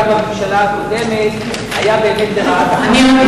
בממשלה הקודמת היה באמת לרעת החרדים.